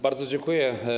Bardzo dziękuję.